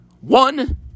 One